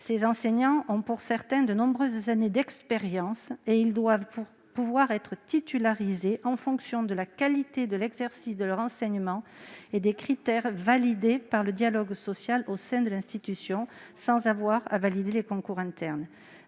Ces enseignants ont, pour certains, de nombreuses années d'expérience. Ils doivent pouvoir être titularisés en fonction de la qualité de leur enseignement et des critères validés par le dialogue social au sein de l'institution, sans avoir à réussir les concours internes.